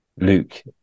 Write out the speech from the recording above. Luke